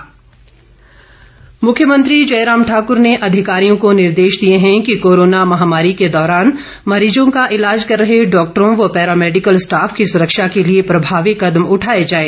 मुख्यमंत्री इस बीच मुख्यमंत्री ने अधिकारियों को निर्देश दिए हैं कि कोरोना महामारी के दौरान मरीजों का ईलाज कर रहे डॉक्टरों व पैरामैडिकल स्टॉफ की सुरक्षा के लिए प्रभावी कदम उठाए जाएं